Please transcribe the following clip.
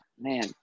man